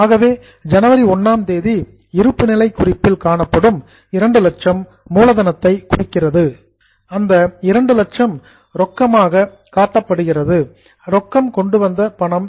ஆகவே ஜனவரி 1ஆம் தேதி இருப்பு நிலை குறிப்பில் காணப்படும் 200000 மூலதனத்தை குறிக்கிறது அந்த 200000 என்பது ரொக்கமாக கொண்டு வந்த பணம்